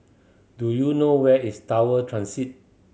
do you know where is Tower Transit